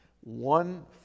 one